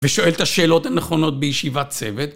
ושואל את השאלות הנכונות בישיבת צוות.